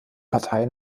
partei